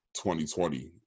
2020